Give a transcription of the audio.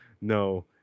no